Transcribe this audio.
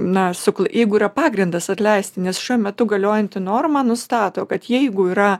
na sukl jeigu yra pagrindas atleisti nes šiuo metu galiojanti norma nustato kad jeigu yra